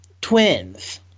twins